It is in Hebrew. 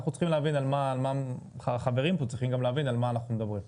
אנחנו צריכים להבין וגם החברים פה צריכים להבין על מה אנחנו מדברים.